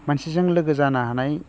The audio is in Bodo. मानसिजों लोगो जानो हानाय